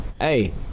hey